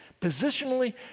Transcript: Positionally